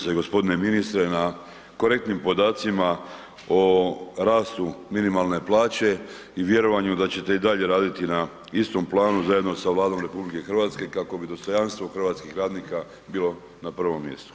Zahvaljujem se g. ministre na korektnim podacima o rastu minimalne plaće i vjerovanju da ćete i dalje raditi na istom planu zajedno sa Vladom RH kako bi dostojanstvo hrvatskih radnika bilo na prvom mjestu.